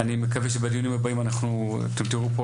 אני מקווה שבדיונים הבאים אתם תראו פה